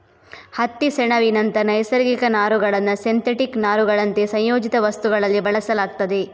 ಹತ್ತಿ, ಸೆಣಬಿನಂತ ನೈಸರ್ಗಿಕ ನಾರುಗಳನ್ನ ಸಿಂಥೆಟಿಕ್ ನಾರುಗಳಂತೆ ಸಂಯೋಜಿತ ವಸ್ತುಗಳಲ್ಲಿ ಬಳಸಲಾಗ್ತದೆ